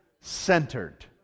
centered